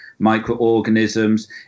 microorganisms